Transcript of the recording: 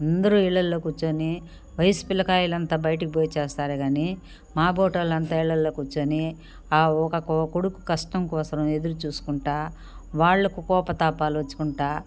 అందరూ ఇళ్లల్లో కూర్చుని వయసు పిల్లకాయలంతా బయటకుపోయి చేస్తారేగాని మాబోటోళ్లంతా ఇళ్లల్లో కూర్చుని ఒక ఒక కొడుకు కష్టం కోసరం ఎదురుచూసుకుంటా వాళ్లకు కోపతాపాలొచ్చుకుంటూ